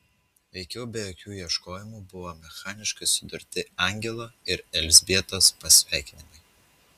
veikiau be jokių ieškojimų buvo mechaniškai sudurti angelo ir elzbietos pasveikinimai